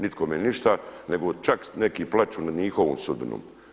Nikome ništa, nego čak neki plaću nad njihovom sudbinom.